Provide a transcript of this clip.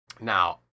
Now